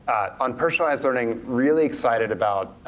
on personalized learning, really excited about